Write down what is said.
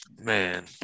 Man